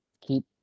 keep